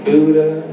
Buddha